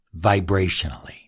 vibrationally